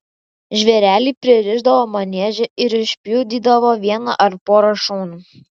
žvėrelį pririšdavo manieže ir užpjudydavo vieną ar porą šunų